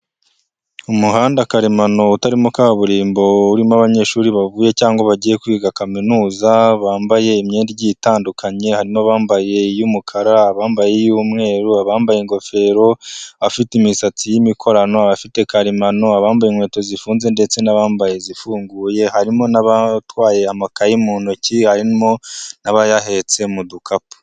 Umuhanda karemano utarimo kaburimbo urimo abanyeshuri bavuye cyangwa bagiye kwiga Kaminuza, bambaye imyenda itandukanye harimo: bambaye iy'umukara, abambaye iy'umweru, abambaye ingofero, abafite imisatsi y'imikorano, abafite karemano, abambaye inkweto zifunze ndetse n'abambaye izifunguye, harimo n'abatwaye amakaye mu ntoki, harimo n'abayahetse mu dukapu.